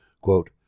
Quote